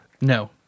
No